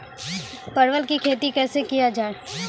परवल की खेती कैसे किया जाय?